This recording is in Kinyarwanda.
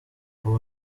ubu